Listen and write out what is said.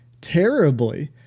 terribly